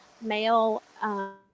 male